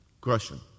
Question